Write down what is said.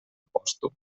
pòstum